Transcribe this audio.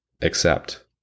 Accept